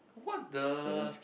what the